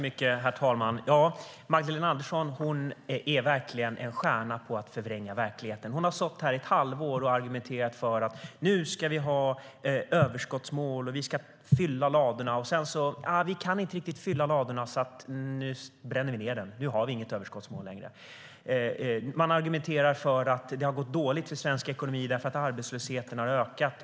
Herr talman! Magdalena Andersson är verkligen en stjärna på att förvränga verkligheten. Hon har stått här i ett halvår och argumenterat för att vi ska ha överskottsmål och fylla ladorna, och sedan säger hon: Vi kan inte riktigt fylla ladorna, så nu bränner vi ned dem. Nu har vi inget överskottsmål längre. Man argumenterar för att det har gått dåligt för svensk ekonomi därför att, menar man, arbetslösheten har ökat.